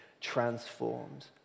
transformed